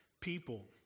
people